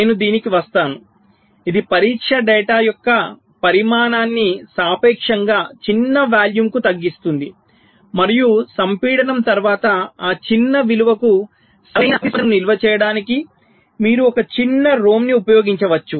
నేను దీనికి వస్తాను ఇది పరీక్ష డేటా యొక్క పరిమాణాన్ని సాపేక్షంగా చిన్న వాల్యూమ్కు తగ్గిస్తుంది మరియు సంపీడనం తర్వాత ఆ చిన్న విలువకు సరైన ప్రతిస్పందనను నిల్వ చేయడానికి మీరు ఒక చిన్న ROM ని ఉపయోగించవచ్చు